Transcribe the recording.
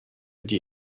die